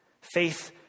Faith